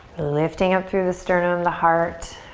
lifting up through the sternum, the heart.